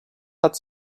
hat